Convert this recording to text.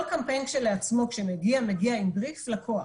כל קמפיין כשלעצמו כשהוא מגיע הוא מגיע עם בריף לקוח,